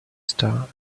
star